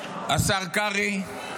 השר קרעי,